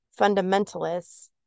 fundamentalists